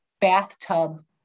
bathtub